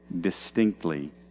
distinctly